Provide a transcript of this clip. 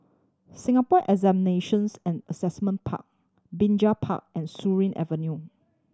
Singapore Examinations and Assessment Park Binjai Park and Surin Avenue